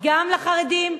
גם לחרדים,